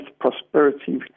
prosperity